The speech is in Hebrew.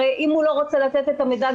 הרי אם הוא לא רוצה לתת את המידע,